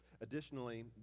Additionally